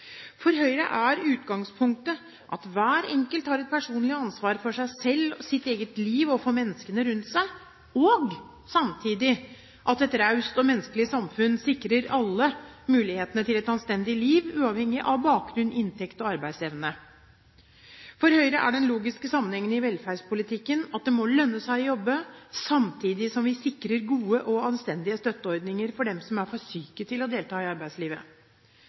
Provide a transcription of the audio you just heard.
For Høyre er utgangspunktet at hver enkelt har et personlig ansvar for seg selv, sitt eget liv og for menneskene rundt seg, og samtidig at et raust og menneskelig samfunn sikrer alle mulighetene til et anstendig liv, uavhengig av bakgrunn, inntekt og arbeidsevne. For Høyre er den logiske sammenhengen i velferdspolitikken at det må lønne seg å jobbe, samtidig som vi sikrer gode og anstendige støtteordninger for dem som er for syke til å delta i arbeidslivet.